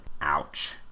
Ouch